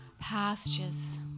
pastures